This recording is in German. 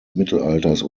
mittelalters